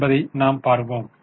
என்பதை நாம் அறிவோம்